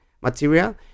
material